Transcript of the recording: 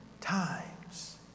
times